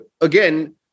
again